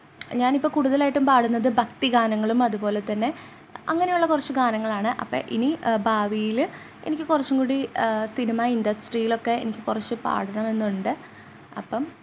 ഞാനിപ്പം കൂടുതലായിട്ടും പാടുന്നത് ഭക്തി ഗാനങ്ങളും അതുപോലെ തന്നെ അങ്ങനെയുള്ള കുറച്ച് ഗാനങ്ങളാണ് അപ്പം ഇനി ഭാവിയിൽ എനിക്ക് കുറച്ചും കൂടി സിനിമ ഇൻഡസ്ട്രിയിലൊക്കെ എനിക്ക് കുറച്ച് പാടണമെന്നുണ്ട്